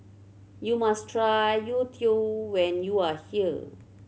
you must try youtiao when you are here